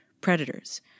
predators